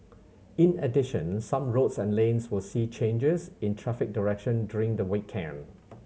in addition some roads and lanes will see changes in traffic direction during the weekend